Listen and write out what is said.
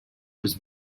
was